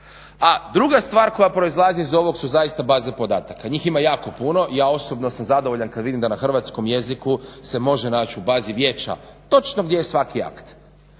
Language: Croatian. A druga stvar koja proizlazi iz ovog su zaista baze podataka. Njih ima jako puno, ja osobno sam zadovoljan kad vidim da na hrvatskom jeziku se može naći u bazi vijeća točno gdje je svaki akt.